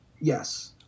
Yes